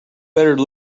better